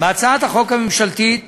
בהצעת החוק הממשלתית